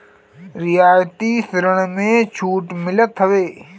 रियायती ऋण में छूट मिलत हवे